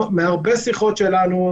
מהרבה שיחות שלנו,